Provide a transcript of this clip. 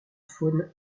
faune